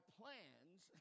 plans